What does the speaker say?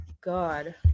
God